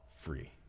free